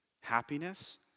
Happiness